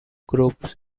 groups